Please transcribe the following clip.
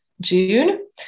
June